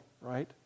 Right